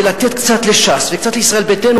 ולתת קצת לש"ס, וקצת לישראל ביתנו?